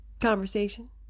conversation